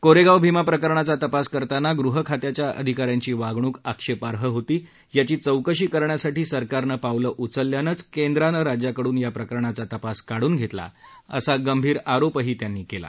कोरेगाव भीमा प्रकरणाचा तपास करताना गृहखात्याच्या अधिकाऱ्यांची वागणूक आक्षेपार्ह होती याची चौकशी करण्यासाठी सरकारनं पावलं उचलल्यानं केंद्रानं राज्याकडून या प्रकरणाचा तपास काढून घेतला असा गंभीर आरोप त्यांनी यावेळी केला